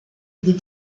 des